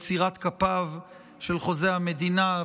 יצירת כפיו של חוזה המדינה,